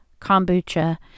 kombucha